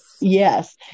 Yes